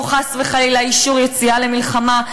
או חס וחלילה אישור יציאה למלחמה,